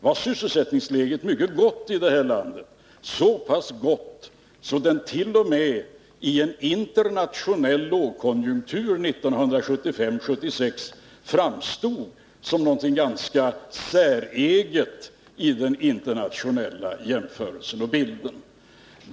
var sysselsättningsläget mycket gott i det här landet — så pass gott att det t.o.m. i en internationell lågkonjunktur 1975/76 framstod som något ganska säreget vid en internationell jämförelse.